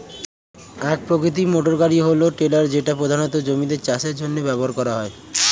এক প্রকৃতির মোটরগাড়ি হল টিলার যেটা প্রধানত জমিতে চাষের জন্য ব্যবহার করা হয়